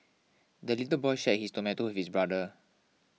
the little boy shared his tomato with his brother